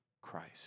Christ